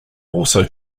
also